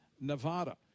Nevada